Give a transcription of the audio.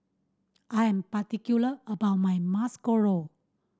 I am particular about my Masoor Dal